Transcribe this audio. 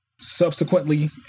subsequently